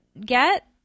get